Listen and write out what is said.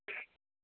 ആ